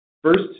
First